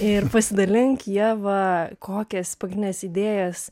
ir pasidalink ieva kokias pagrindines idėjas